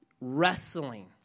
wrestling